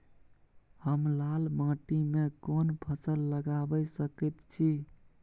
हम लाल माटी में कोन फसल लगाबै सकेत छी?